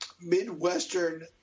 Midwestern